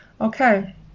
Okay